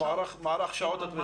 מערך שעות התמיכה.